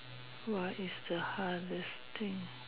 what is the hardest thing